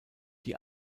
die